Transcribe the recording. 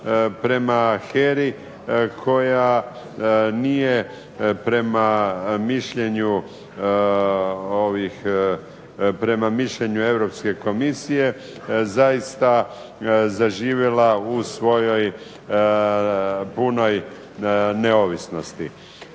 prema HERA-i koja nije prema mišljenju Europske komisije zaista zaživjela u svojoj punoj neovisnosti.